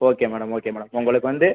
okay madam okay madam உங்களுக்கு வந்து